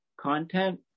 content